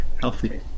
healthy